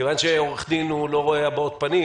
כיוון שעורך דין לא רואה הבעות פנים,